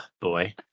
boy